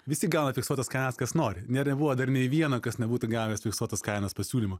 visi gauna fiksuotas kainas kas nori nėra buvę dar nei vieno kas nebūtų gavęs fiksuotos kainos pasiūlymo